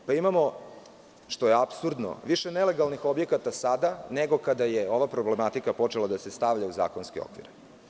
Imamo što je apsurdno više nelegalnih objekata sada nego kada je ova problematika počela da se stavlja u zakonske okvire.